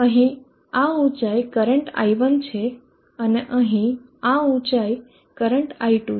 અહીં આ ઉંચાઇ કરંટ i1 છે અને અહીં આ ઉંચાઇ કરંટ i2 છે